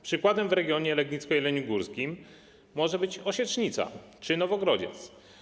Przykładem w regionie legnicko-jeleniogórskim może być Osiecznica czy Nowogrodziec.